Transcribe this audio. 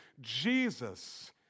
Jesus